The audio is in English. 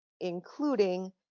including